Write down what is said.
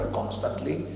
constantly